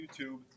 YouTube